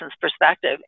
perspective